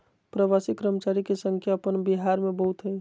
प्रवासी कर्मचारी के संख्या अपन बिहार में बहुत हइ